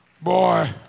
boy